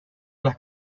las